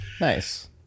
Nice